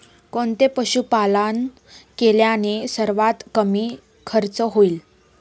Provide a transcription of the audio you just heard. कोणते पशुपालन केल्याने सर्वात कमी खर्च होईल?